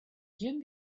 jim